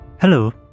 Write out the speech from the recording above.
Hello